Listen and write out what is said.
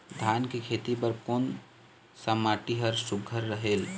धान के खेती बर कोन सा माटी हर सुघ्घर रहेल?